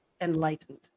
enlightened